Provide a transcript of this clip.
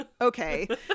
Okay